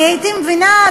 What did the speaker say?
אני הייתי מבינה,